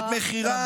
שאת מחירה,